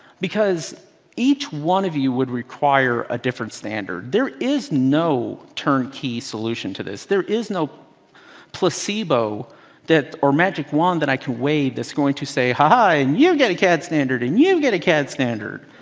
because each one of you would require a different standard. there is no turnkey solution to this. there is no placebo or magic wand that i can wave that's going to say ha ha and you get a cad standard and you get a cad standard,